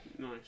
nice